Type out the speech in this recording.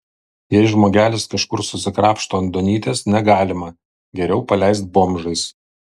jei žmogelis kažkur susikrapšto ant duonytės negalima geriau paleist bomžais